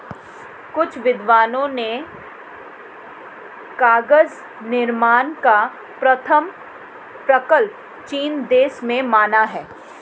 कुछ विद्वानों ने कागज निर्माण का प्रथम प्रकल्प चीन देश में माना है